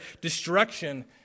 destruction